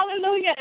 hallelujah